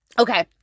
Okay